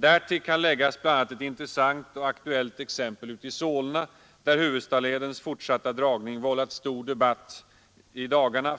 Därtill kan läggas bl.a. ett intressant och aktuellt exempel ute i Solna, där Huvudstaledens fortsatta dragning i dagarna vållat stor debatt